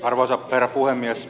arvoisa herra puhemies